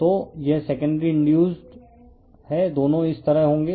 तो यह secondary induced है दोनों इस तरह होंगे